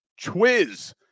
Twiz